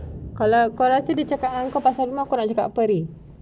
kalau kau rasa dia cakap engkau pasal rumah kau nak cakap apa